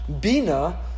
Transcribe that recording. Bina